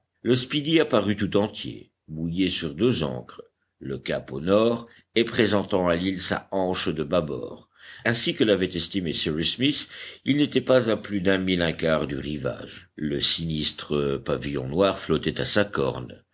le speedy apparut tout entier mouillé sur deux ancres le cap au nord et présentant à l'île sa hanche de bâbord ainsi que l'avait estimé cyrus smith il n'était pas à plus d'un mille un quart du rivage le sinistre pavillon noir flottait à sa corne